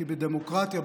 כי בדמוקרטיה,